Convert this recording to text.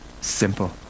simple